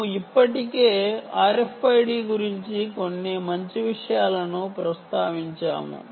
మేము ఇప్పటికే RFID గురించి మరియు దాని శక్తి గురించి కొన్ని మంచి విషయాలను ప్రస్తావించాము